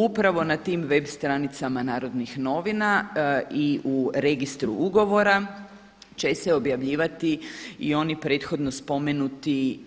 Upravo na tim web stranicama Narodnih novina i u Registru ugovora će se objavljivati i oni prethodno spomenuti